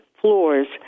floors